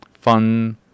fun